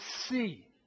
see